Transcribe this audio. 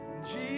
Jesus